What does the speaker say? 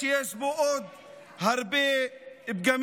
שיש בו עוד הרבה פגמים.